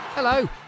Hello